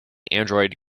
android